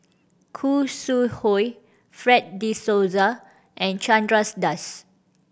Khoo Sui Hoe Fred De Souza and Chandra Das